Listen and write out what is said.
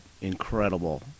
incredible